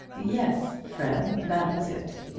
yes, fred that was it.